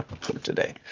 today